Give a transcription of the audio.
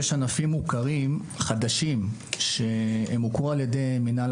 יש ענפים מוכרים חדשים שהוכרו על-ידי מינהל